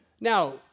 Now